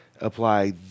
Apply